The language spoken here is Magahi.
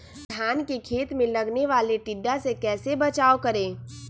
धान के खेत मे लगने वाले टिड्डा से कैसे बचाओ करें?